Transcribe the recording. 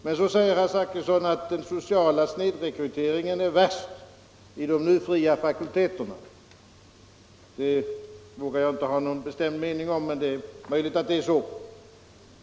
Men så säger herr Zachrisson att den sociala snedrekryteringen är värst i de nu fria fakulteterna. Det vågar jag inte ha någon bestämd mening om — det är möjligt att det är så.